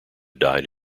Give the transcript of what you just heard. died